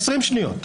20 שניות.